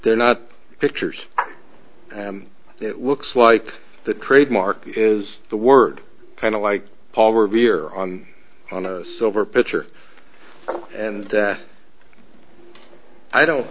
they're not pictures it looks like the trademark is the word kind of like paul revere on on a silver pitcher and i don't